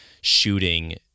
shooting